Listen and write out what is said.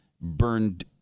burned